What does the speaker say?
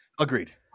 Agreed